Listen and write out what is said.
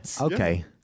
Okay